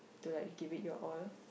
to like give it your all